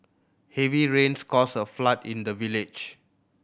heavy rains caused a flood in the village